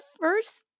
first